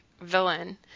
villain